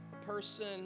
person